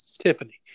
Tiffany